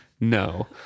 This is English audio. No